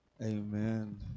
Amen